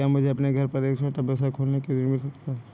क्या मुझे अपने घर पर एक छोटा व्यवसाय खोलने के लिए ऋण मिल सकता है?